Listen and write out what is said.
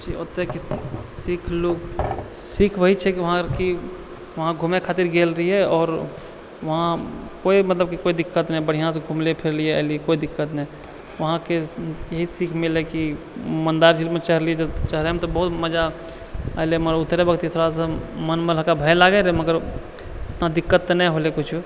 ओतएकि सिखलहुँ सिखबै छै वहाँ कि वहाँ घुमै खातिर गेल रहिए आओर वहाँ कोइ मतलब कि कोइ दिक्कत नहि बढ़िआँसँ घुमलिए फिरलिए एलिए कोइ दिक्कत नहि वहाँके यही सीख मिललै कि मन्दार झीलमे चढ़लिए तऽ चढ़ेमे तऽ बहुत मजा एलै मगर उतरै वक्त थोड़ा सा मोनमे हल्का भय लागै रहे मगर ओतना दिक्कत तऽ नहि होलै किछु